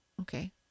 Okay